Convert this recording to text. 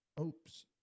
Oops